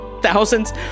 thousands